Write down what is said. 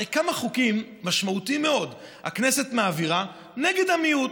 הרי כמה חוקים משמעותיים מאוד הכנסת מעבירה נגד המיעוט?